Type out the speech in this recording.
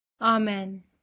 Amen